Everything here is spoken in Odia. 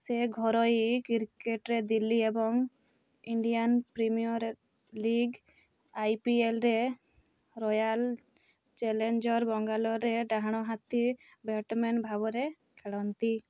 ସେ ଘରୋଇ କ୍ରିକେଟ୍ରେ ଦିଲ୍ଲୀ ଏବଂ ଇଣ୍ଡିଆନ୍ ପ୍ରିମିଅର ଲିଗ୍ ଆଇପିଏଲରେ ରୟାଲ ଚ୍ୟାଲେଞ୍ଜର ବାଙ୍ଗାଲୋରରେ ଡାହାଣ ହାତୀ ବ୍ୟାଟ୍ ମ୍ୟାନ୍ ଭାବରେ ଖେଳନ୍ତି